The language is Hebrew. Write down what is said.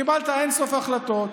קיבלת אין-סוף החלטות,